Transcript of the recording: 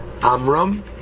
Amram